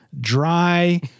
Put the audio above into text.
dry